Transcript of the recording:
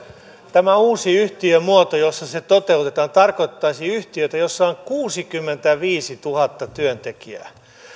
tämä uusi yhtiömuoto jossa se toteutettaisiin tarkoittaisi yhtiötä jossa on kuusikymmentäviisituhatta työntekijää